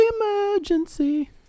emergency